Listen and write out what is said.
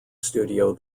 studio